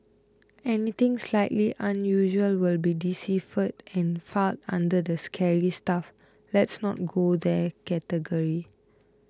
anything slightly unusual will be deciphered and filed under the scary stuff let's not go there category